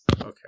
Okay